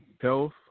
health